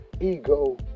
ego